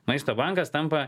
maisto bankas tampa